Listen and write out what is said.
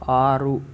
ಆರು